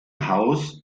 haus